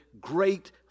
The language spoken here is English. great